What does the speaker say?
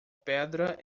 pedra